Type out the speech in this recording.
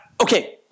Okay